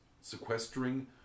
sequestering